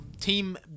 team